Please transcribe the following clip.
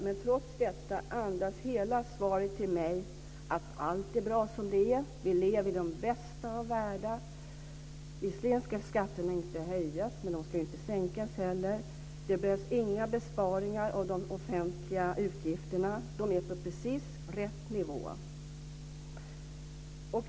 Men trots detta andas hela svaret till mig att allt är bra som det är, vi lever i den bästa av världar, visserligen ska skatterna inte höjas men de ska inte heller sänkas, det behövs inga besparingar av de offentliga utgifterna, de är på precis rätt nivå.